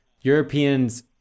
Europeans